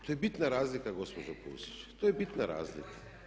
To je bitna razlika gospođo Pusić, to je bitna razlika.